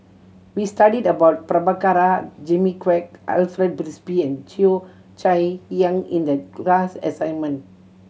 we studied about Prabhakara Jimmy Quek Alfred Frisby and Cheo Chai Hiang in the class assignment